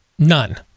None